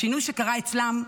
השינוי שקרה אצלם,